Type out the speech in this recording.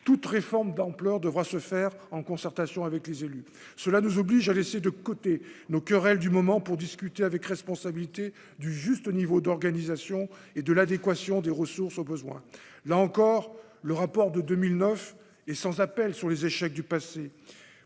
toute réforme d'ampleur devra se faire en concertation avec les élus, cela nous oblige à laisser de côté nos querelles du moment pour discuter avec responsabilité du juste niveau d'organisation et de l'adéquation des ressources au besoin, là encore, le rapport de 2009 et sans appel sur les échecs du passé